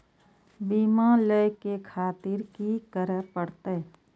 बीमा लेके खातिर की करें परतें?